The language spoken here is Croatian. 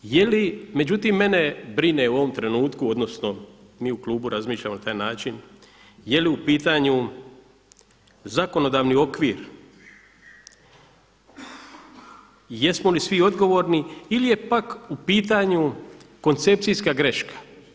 Međutim, mene brine u ovom trenutku, odnosno mi u klubu razmišljamo na taj način je li u pitanju zakonodavni okvir, jesmo li svi odgovorni ili je pak u pitanju koncepcijska greška.